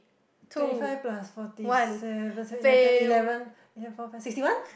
twenty five plus forty seven seven eight nine ten eleven four five six sixty one